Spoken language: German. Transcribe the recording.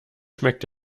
schmeckt